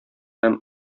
һәм